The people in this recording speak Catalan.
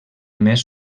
més